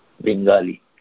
Bengali